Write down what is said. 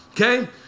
Okay